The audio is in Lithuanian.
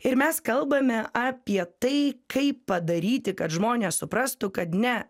ir mes kalbame apie tai kaip padaryti kad žmonės suprastų kad ne